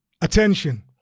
attention